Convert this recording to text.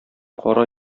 кара